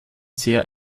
sehr